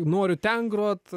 noriu ten grot